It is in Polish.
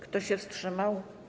Kto się wstrzymał?